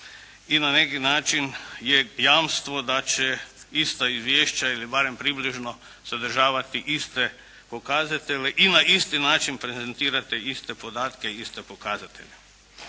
i na neki način je jamstvo da će ista izvješća ili barem približno sadržavati iste pokazatelje i na isti način prezentirate iste podatke i iste pokazatelje.